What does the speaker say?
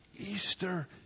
Easter